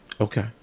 Okay